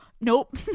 nope